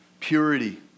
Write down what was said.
Purity